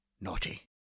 Naughty